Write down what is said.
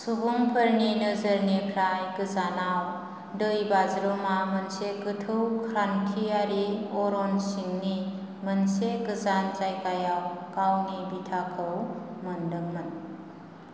सुबुंफोरनि नोजोरनिफ्राय गोजानाव दैबाज्रुमा मोनसे गोथौ क्रान्तियारि अरन सिंनि मोनसे गोजान जायगायाव गावनि बिथाखौ मोन्दोंमोन